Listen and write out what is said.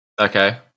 Okay